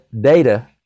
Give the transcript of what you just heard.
data